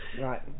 Right